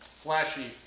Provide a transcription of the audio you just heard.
flashy